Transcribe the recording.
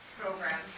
program